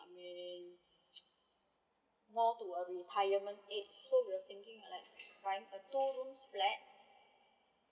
I mean more to a retirement age so we was thinking like find a two rooms flat